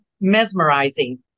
mesmerizing